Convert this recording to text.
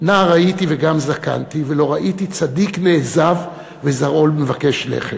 "נער הייתי וגם זקנתי ולא ראיתי צדיק נעזב וזרעו מבקש לחם".